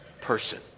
person